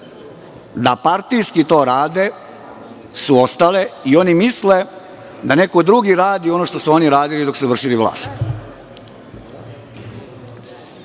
da partijski to rade su ostale i oni misle da neko drugi radi ono što su oni radili dok su vršili vlast. Znam